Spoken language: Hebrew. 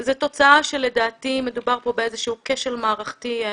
זו תוצאה שלדעתי מדובר פה באיזה שהוא כשל מערכתי מקיף,